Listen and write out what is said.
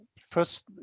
first